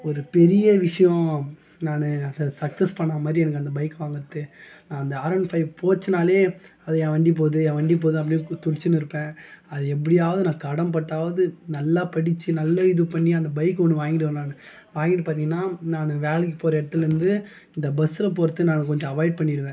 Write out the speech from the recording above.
ஒரு பெரிய விஷயம் நான் அதை சக்ஸஸ் பண்ண மாதிரி எனக்கு அந்த பைக் வாங்குறது நான் அந்த ஆர் என் ஃபைவ் போச்சுனாலே அது என் வண்டி போகுது என் வண்டி போகுது அப்படினு துடிச்சுனு இருப்பேன் அது எப்படியாவது நான் கடன்பட்டாவது நல்லா படித்து நல்லா இதுபண்ணி அந்த பைக் ஒன்று வாங்கிடுவேன் நான் வாங்கிவிட்டு பார்த்திங்கனா நான் வேலைக்கு போகிற இடத்துலலேருந்து இந்த பஸ்ஸில் போகிறதுக்கு நான் கொஞ்சம் அவாய்ட் பண்ணிடுவேன்